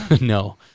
No